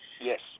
Yes